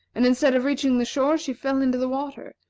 and instead of reaching the shore, she fell into the water,